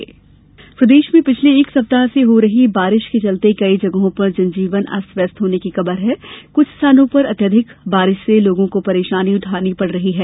बारिश प्रदेश में पिछले एक सप्ताह से हो रही बारिश से कई जगहों पर जनजीवन अस्त व्यस्त होने की खबर है कुछ स्थानों पर अत्याधिक बारिश से लोगों को परेशानी उठानी पड़ रही है